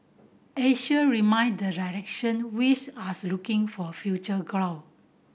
Asia remain the direction which as looking for future growth